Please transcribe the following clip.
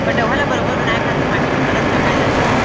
पटउहॉं ल बरोबर बनाए खातिर माटी के परत चघाए जाथे